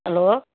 hello